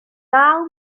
naw